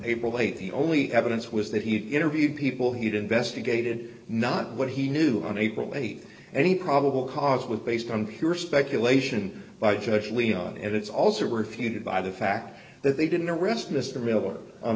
april th the only evidence was that he interviewed people he'd investigated not what he knew on april th any probable cause with based on pure speculation by judge leon and it's also worth feuded by the fact that they didn't arrest mr miller on